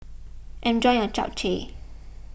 enjoy your Japchae